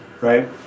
right